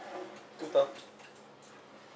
two th~